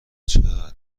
چقدر